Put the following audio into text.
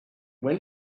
when